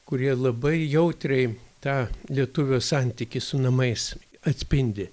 kurie labai jautriai tą lietuvio santykį su namais atspindi